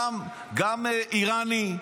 גם איראני,